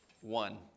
One